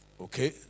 Okay